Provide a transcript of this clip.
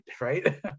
right